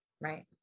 Right